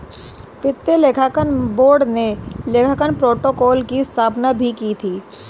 वित्तीय लेखांकन मानक बोर्ड ने लेखांकन प्रोटोकॉल की स्थापना भी की थी